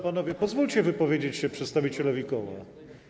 Panowie, pozwólcie wypowiedzieć się przedstawicielowi koła.